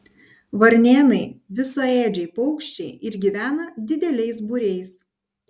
varnėnai visaėdžiai paukščiai ir gyvena dideliais būriais